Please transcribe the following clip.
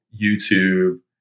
YouTube